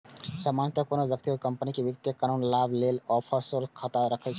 सामान्यतः कोनो व्यक्ति या कंपनी वित्तीय आ कानूनी लाभ लेल ऑफसोर खाता राखै छै